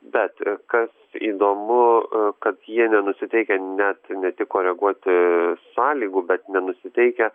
bet kas įdomu kad jie nenusiteikę net ne tik koreguoti sąlygų bet nenusiteikę